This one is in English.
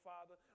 Father